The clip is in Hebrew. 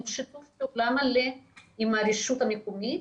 עם שיתוף פעולה מלא עם הרשות המקומית,